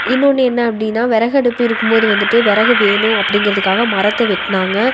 இன்னொன்று என்ன அப்படின்னா விறகடுப்பு இருக்கும் போது வந்துட்டு விறகு வேணும் அப்படிங்கறதுக்காக மரத்தை வெட்டினாங்க